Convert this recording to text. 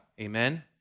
amen